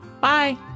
Bye